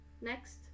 next